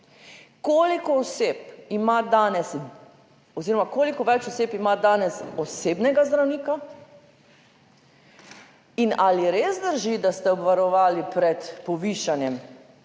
koliko več oseb ima danes osebnega zdravnika in ali res drži, da ste obvarovali pred povišanjem, da